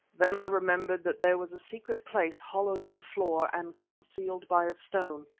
then i remembered that there was a secret place hollowed in the floor and concealed by a stone,